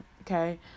Okay